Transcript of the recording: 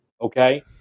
Okay